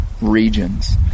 regions